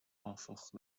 áfach